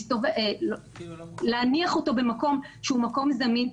להניח אותו במקום זמין,